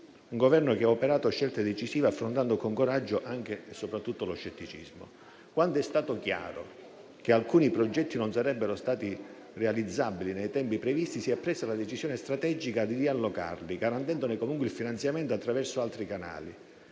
anticipa e che ha operato scelte decisive affrontando con coraggio anche e soprattutto lo scetticismo. Quando è stato chiaro che alcuni progetti non sarebbero stati realizzabili nei tempi previsti, si è presa la decisione strategica di riallocarli, garantendone comunque il finanziamento attraverso altri canali.